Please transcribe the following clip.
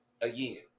Again